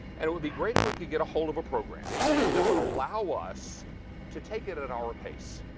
and it would be great if we could get a hold of a program that would allow us to take it it at our pace.